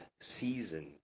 Season